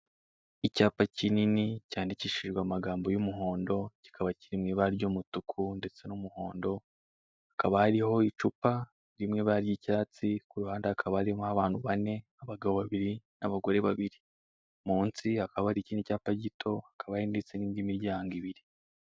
Icyapa kinini cyandikishijwe amagambo y'umuhondo kikaba kiri mu ibara ry'umutuku ndetse n'umuhondo hakaba hariho icupa riri mu ibara ry'icyatsi ku ruhande hakaba harimo abantu bane abagabo babiri n'abagore babiri. Munsi hakaba hari ikindi cyapa gito hakaba hari ndetse n'indi miryango ibiri.